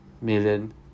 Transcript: million